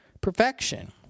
Perfection